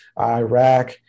Iraq